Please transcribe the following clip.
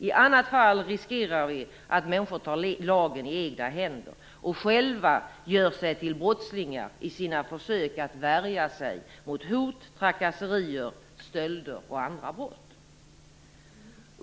I annat fall riskerar vi att människor tar lagen i egna händer och själva gör sig till brottslingar i sina försök att värja sig mot hot, trakasserier, stölder och andra brott.